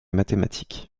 mathématiques